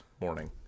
morning